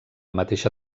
mateixa